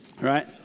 Right